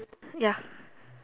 ya